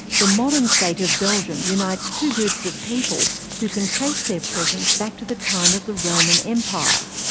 the modern state of belgium unites two groups of people who can trace their presence back to the time of the roman empire.